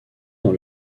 dans